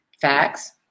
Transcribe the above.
Facts